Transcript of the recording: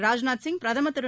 ராஜ்நாத் சிங் பிரதமர் திரு